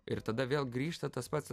ir tada vėl grįžta tas pats